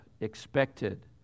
expected